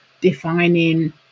defining